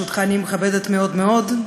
ואני מכבדת אותך מאוד מאוד,